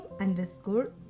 underscore